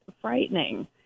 frightening